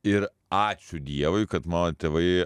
ir ačiū dievui kad mano tėvai